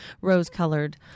rose-colored